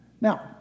Now